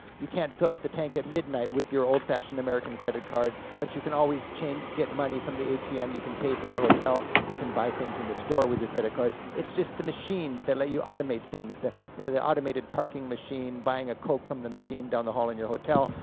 you can't fill up the tank at midnight with your old fashioned american credit card, card, but you can always change get money from the atm, you can pay for your hotel, you can buy things in the store with your credit card. it's just the machines that let you automate things, the yeah the automated parking machine, buying a coke from the machine down the hall in your hotel,